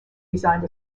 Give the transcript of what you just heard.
resigned